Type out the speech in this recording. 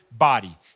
body